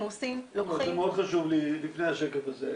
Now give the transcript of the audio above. זה מאוד חשוב לי לפני השקף הזה.